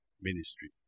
ministry